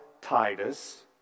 Titus